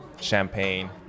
Champagne